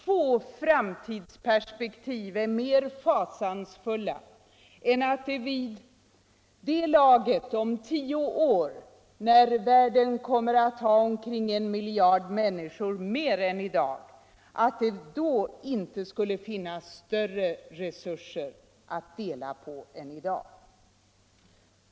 Om tio år kommer jorden att ha en miljard fler människor än i dag. Få framtidsperspektiv är mer fasansfulla än att det vid det laget inte skulle finnas större resurser att dela på än i dag.